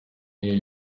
niwe